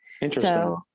Interesting